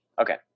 Okay